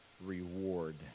reward